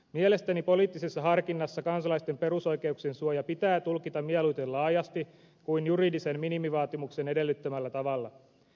mielestäni poliittisessa harkinnassa kansalaisten perusoikeuksien suoja pitää tulkita mieluummin laajasti kuin juridisen minimivaatimuksen edellyttämällä tavalla